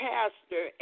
Pastor